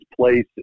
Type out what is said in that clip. place